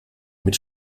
mit